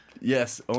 Yes